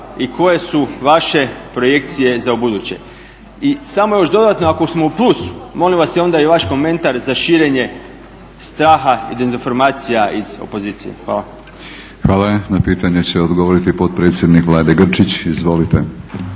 i koje su vaše projekcije za ubuduće. I samo još dodatno, ako smo u plusu molim vas onda i vaš komentar za širenje straha i dezinformacija iz opozicije. Hvala. **Batinić, Milorad (HNS)** Hvala. Na pitanje će odgovoriti potpredsjednik Vlade Grčić. Izvolite.